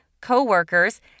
co-workers